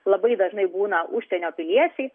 labai dažnai būna užsienio piliečiai